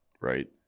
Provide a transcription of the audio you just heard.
right